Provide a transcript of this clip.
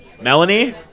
Melanie